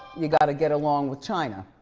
you gotta get along with chyna,